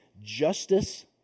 justice